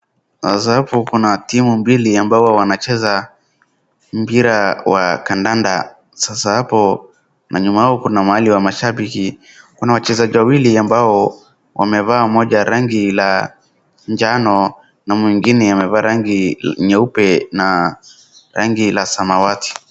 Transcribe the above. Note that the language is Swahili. Sasa hapo kuna timu mbili ambayo wanacheza mpira wa kandanda. Sasa hapo na nyuma yao kuna mahali ya mashabiki kuna wachezaji wawili ambao wamevaa moja amevaa rangi ya jano na mwingine amevaa rangi nyeupe na rangi la samawati.